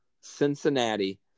Cincinnati